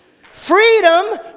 Freedom